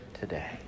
today